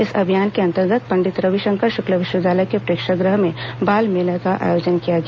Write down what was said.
इस अभियान के अंतर्गत पंडित रविशंकर शुक्ल विश्वविद्यालय के प्रेक्षागृह में बाल मेला का आयोजन किया गया